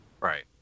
Right